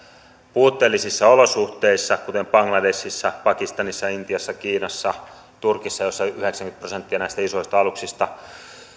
puutteellisissa olosuhteissa kuten bangladeshissa pakistanissa intiassa kiinassa turkissa joissa yhdeksänkymmentä prosenttia näistä isoista aluksista